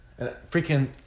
Freaking